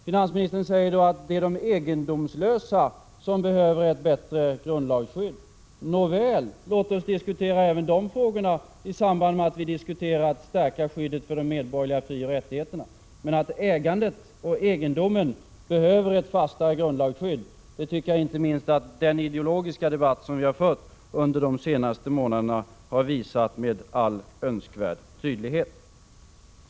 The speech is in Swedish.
Finansministern säger att det är de egendomslösa som behöver ett bättre grundlagsskydd. Nåväl, låt oss diskutera även de frågorna i samband med att vi diskuterar frågan om att stärka skyddet för de medborgerliga frioch rättigheterna! Men att ägandet och egendomen behöver ett fastare grundlagsskydd tycker jag att inte minst den ideologiska debatt som vi har fört under de senaste månaderna har visat med all önskvärd tydlighet.